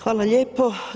Hvala lijepo.